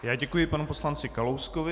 Já děkuji panu poslanci Kalouskovi.